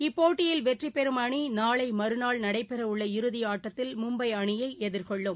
இப்போட்டியில் வெற்றி பெறும் அணி நாளை மறுநாள் நடைபெறவுள்ள இறுதி ஆட்டத்தில் மும்பை அணியை எதிர்கொள்ளும்